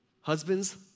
Husbands